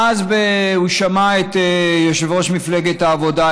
ואז הוא שמע את יושב-ראש מפלגת העבודה,